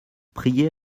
prier